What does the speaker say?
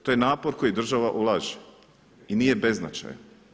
To je napor koji država ulaže i nije beznačajan.